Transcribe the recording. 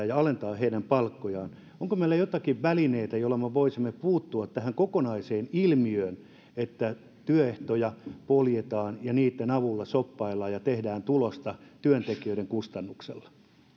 ja alentaa heidän palkkojaan onko meillä joitakin välineitä joilla me voisimme puuttua tähän kokonaiseen ilmiöön että työehtoja poljetaan ja niitten avulla shoppaillaan ja tehdään tulosta työntekijöiden kustannuksella